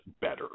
better